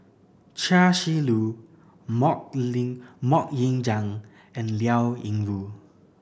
Chia Shi Lu Mok Ling Mok Ying Jang and Liao Yingru